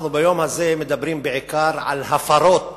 אנחנו ביום הזה מדברים בעיקר על הפרות